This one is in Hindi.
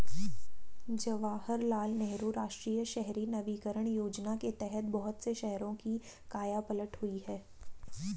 जवाहरलाल नेहरू राष्ट्रीय शहरी नवीकरण योजना के तहत बहुत से शहरों की काया पलट हुई है